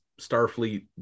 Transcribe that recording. starfleet